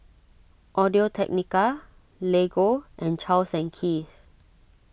Audio Technica Lego and Charles and Keith